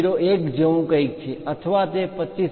01 જેવું કંઈક છે અથવા તે 25